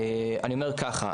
אני אומר ככה,